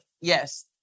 Yes